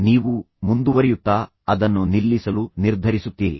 ನೀವು ಮುಂದುವರಿಯುತ್ತಾ ಅದನ್ನು ನಿಲ್ಲಿಸಲು ನಿರ್ಧರಿಸುತ್ತೀರಿ